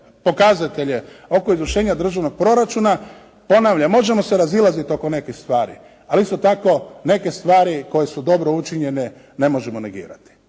pokazatelje oko izvršenja državnog proračuna, ponavljam, možemo se razilaziti oko nekih stvari, ali isto tako neke stvari koje su dobro učinjene ne možemo negirati.